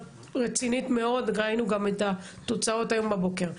רצינית מאוד וגם ראינו את התוצאות היום בבוקר.